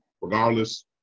regardless